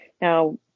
now